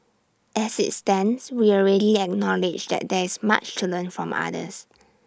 as IT stands we already acknowledge that there is much to learn from others